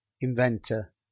Inventor